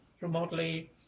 remotely